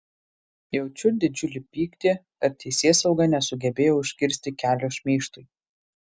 jaučiu didžiulį pyktį kad teisėsauga nesugebėjo užkirsti kelio šmeižtui